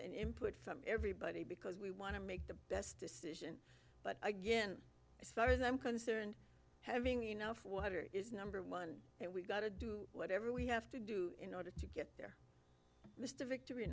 and input from everybody because we want to make the best decision but again as far as i'm concerned having enough water is number one and we've got to do whatever we have to do in order to get this to victory